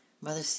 Mother